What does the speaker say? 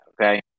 okay